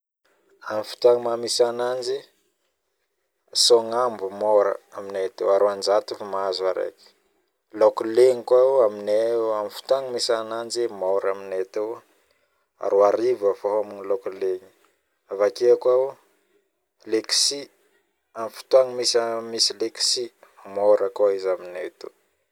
Amin'ny fotoagna misy anazy sognambo, roanjato efa mahazo araiky, laoko legny koa mora 2000 efa homahna avakeo kao leksy amin'ny fotoagna misy leksy mora koa izy aminay